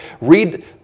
read